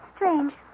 Strange